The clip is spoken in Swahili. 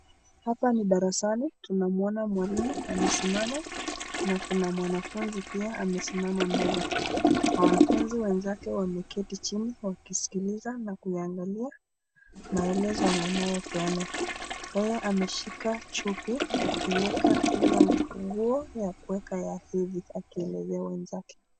Hapa ni darasani tunamuona mwalimu amesimama na kuna mwanafunzi pia amesimama mbele. Wanafunzi wenzake wameketi chini wakisikiliza na kuangalia maelezo yanayo peanwa. Yeye ameshika choki akiweka nguo yakuweka na kuelezea wenzake.